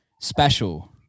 special